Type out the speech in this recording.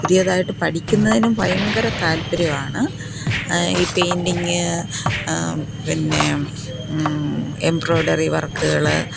പുതിയതായിട്ട് പഠിക്കുന്നതിനും ഭയങ്കര താല്പ്പര്യമാണ് ഈ പെയിന്റിങ്ങ് പിന്നെ എംബ്രോഡറി വര്ക്ക്കൾ